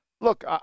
Look